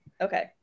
Okay